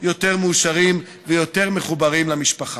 יותר מאושרים ויותר מחוברים למשפחה.